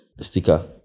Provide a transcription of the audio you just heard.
sticker